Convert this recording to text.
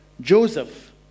Joseph